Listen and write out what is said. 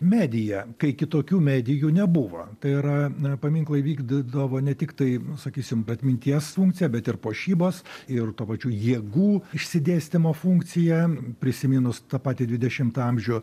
medija kai kitokių medijų nebuvo tai yra paminklai vykdydavo ne tiktai nu sakysim atminties funkciją bet ir puošybos ir tuo pačiu jėgų išsidėstymo funkciją prisiminus tą patį dvidešimtą amžių